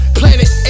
planet